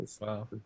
wow